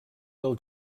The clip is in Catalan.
del